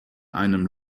einem